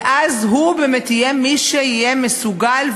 ואז הוא באמת יהיה מי שיהיה מסוגל,